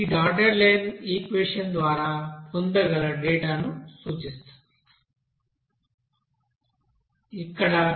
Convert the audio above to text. ఈ dotted line equation ద్వారా పొందగల డేటాను సూచిస్తుంది